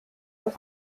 aus